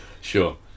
sure